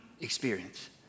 experience